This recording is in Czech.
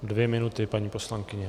Dvě minuty, paní poslankyně.